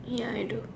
ya I do